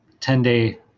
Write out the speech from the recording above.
10-day